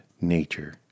nature